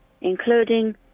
Including